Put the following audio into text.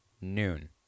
noon